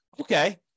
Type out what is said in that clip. Okay